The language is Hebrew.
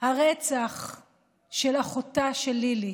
הרצח של אחותה של לילי